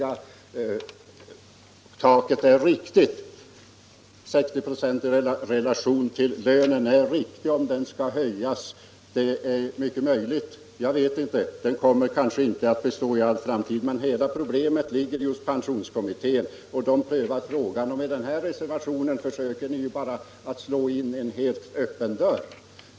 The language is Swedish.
av lönen är det riktiga eller om det bör höjas. Det är möjligt att det taket inte kommer att ligga fast för all framtid, men hela detta problem ligger ju hos pensionskommittén. Med er reservation försöker ni alltså att slå in en helt öppen dörr.